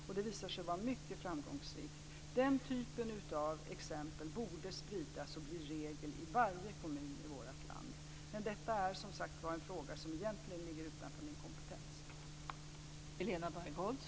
Det har visat sig vara mycket framgångsrikt. Den typen av exempel borde spridas och bli regel i varje kommun i vårt land. Detta är, som sagt, en fråga som egentligen ligger utanför min kompetens.